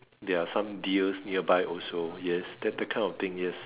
there are some deers nearby also yes that that kind of thing yes